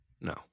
no